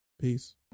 Peace